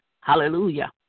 Hallelujah